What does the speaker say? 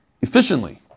efficiently